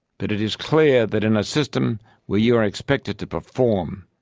but it is clear that in a system where you are expected to perform,